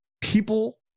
people